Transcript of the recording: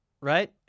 right